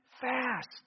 fast